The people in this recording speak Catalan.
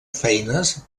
feines